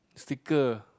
sticker